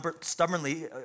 stubbornly